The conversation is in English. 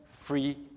free